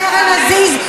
קרן Aziz,